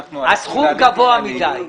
הסכום גבוה מדי.